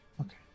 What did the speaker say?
okay